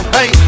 Hey